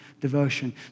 devotion